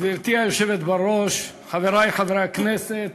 גברתי היושבת בראש, חברי חברי הכנסת,